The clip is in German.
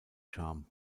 charme